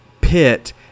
pit